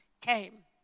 came